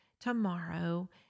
tomorrow